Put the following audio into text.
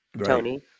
Tony